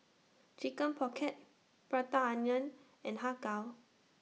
Chicken Pocket Prata Onion and Har Kow